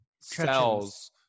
cells